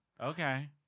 Okay